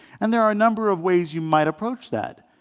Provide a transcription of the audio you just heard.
and there are a number of ways you might approach that.